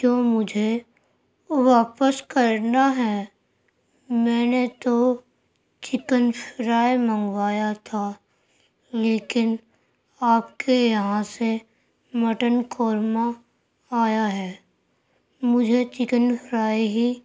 جو مجھے واپس کرنا ہے میں نے تو چکن فرائی منگوایا تھا لیکن آپ کے یہاں سے مٹن قورمہ آیا ہے مجھے چکن فرائی ہی